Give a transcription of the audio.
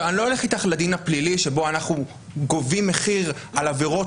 אני לא אלך איתך לדין הפלילי שבו אנחנו גובים מחיר על עבירות